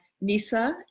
Nisa